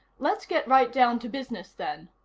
let's get right down to business, then.